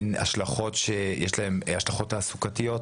יש לו השלכות תעסוקתיות,